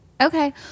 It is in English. Okay